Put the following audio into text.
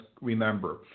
remember